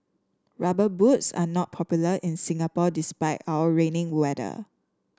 rubber boots are not popular in Singapore despite our rainy weather